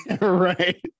right